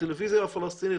הטלוויזיה הפלסטינית,